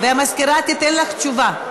והמזכירה תיתן לך תשובה.